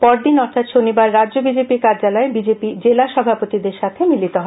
পরদিন অর্থাৎ শনিবার রাজ্য বিজেপি কার্যালয়ে বিজেপি জেলা সভাপতিদের সঙ্গে মিলিত হবেন